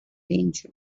danger